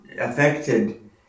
affected